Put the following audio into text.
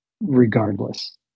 regardless